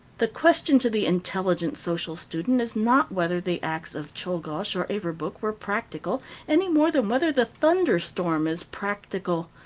the question to the intelligent social student is not whether the acts of czolgosz or averbuch were practical, any more than whether the thunderstorm is practical.